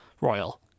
Royal